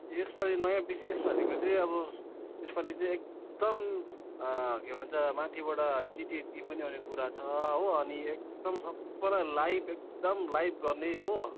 यसपालि नयाँ विशेष भनेको चाहिँ अब यसपालि चाहिँ एकदम के भन्छ माथिबाट जिटिए चिफ पनि आउने कुरा छ हो अनि एकदम सबै लाइभ एकदम लाइभ गर्ने हो